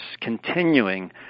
continuing